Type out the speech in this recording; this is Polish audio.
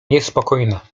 niespokojna